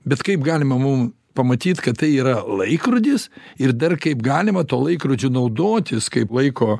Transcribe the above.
bet kaip galima mum pamatyt kad tai yra laikrodis ir dar kaip galima tuo laikrodžiu naudotis kaip laiko